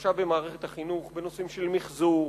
שהתרחשה במערכת החינוך בנושאים של מיחזור,